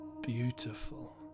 beautiful